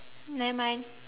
never mind